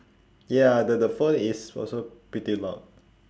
ya the the phone is also pretty loud